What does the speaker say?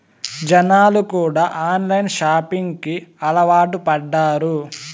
జనాలు కూడా online shopping కి అలవాటు పడ్డారు